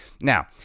Now